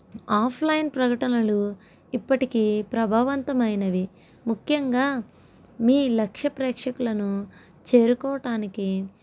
offline ప్రకటనలను ఇప్పటికీ ప్రభావ వంతమైనవి ముఖ్యంగా మీ లక్ష ప్రేక్షకులను చేరుకోవటానికి